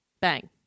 Bang